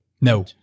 No